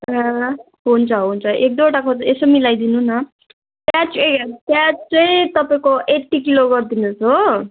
हुन्छ हुन्छ एक दुईवडाको यसो मिलाइदिनु न प्याज ए प्याज चाहिँ तपाईँको एट्टी किलो गरिदिनु होस् हो